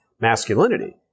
masculinity